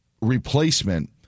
replacement